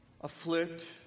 afflict